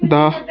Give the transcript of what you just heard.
دَہ